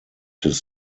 his